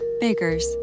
Baker's